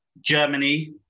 Germany